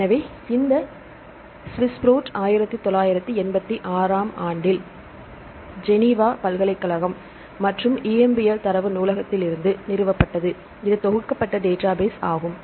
எனவே இந்த Swiss Prot 1986 ஆம் ஆண்டில் ஜெனீவா பல்கலைக்கழகம் மற்றும் EMBL தரவு நூலகத்திலிருந்து நிறுவப்பட்டது இது தொகுக்கப்பட்ட டேட்டாபேஸ் ஆகும்